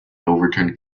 overturned